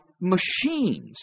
machines